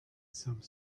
some